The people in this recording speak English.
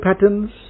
patterns